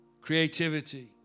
Creativity